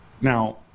Now